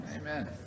Amen